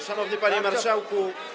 Szanowny Panie Marszałku!